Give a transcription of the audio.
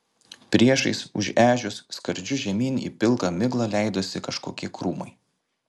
priešais už ežios skardžiu žemyn į pilką miglą leidosi kažkokie krūmai